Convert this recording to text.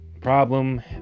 problem